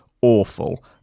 awful